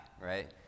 right